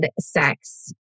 sex